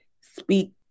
speak